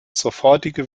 sofortige